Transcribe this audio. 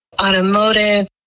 automotive